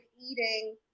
eating